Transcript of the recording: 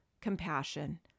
compassion